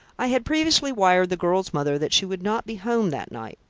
i had previously wired the girl's mother that she would not be home that night.